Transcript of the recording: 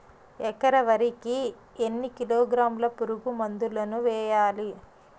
ఎకర వరి కి ఎన్ని కిలోగ్రాముల పురుగు మందులను వేయాలి?